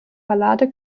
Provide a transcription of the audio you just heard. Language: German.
ballade